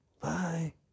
Bye